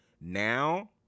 Now